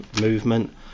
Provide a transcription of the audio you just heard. movement